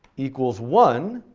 equals one,